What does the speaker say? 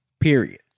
period